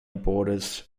borders